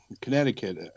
Connecticut